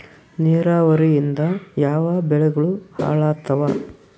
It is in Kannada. ನಿರಾವರಿಯಿಂದ ಯಾವ ಬೆಳೆಗಳು ಹಾಳಾತ್ತಾವ?